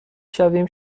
شویم